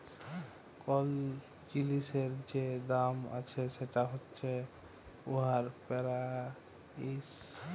call জিলিসের যে দাম আছে সেট হছে উয়ার পেরাইস